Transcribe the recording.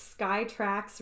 Skytrax